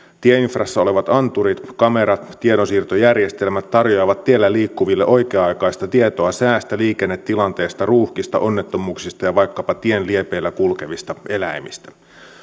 tieinfrassa olevat anturit kamerat tiedonsiirtojärjestelmät tarjoavat tiellä liikkuville oikea aikaista tietoa säästä liikennetilanteesta ruuhkista onnettomuuksista ja vaikkapa tien liepeillä kulkevista eläimistä